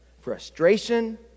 Frustration